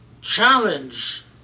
challenge